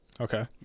Okay